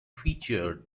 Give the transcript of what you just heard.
featured